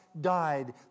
died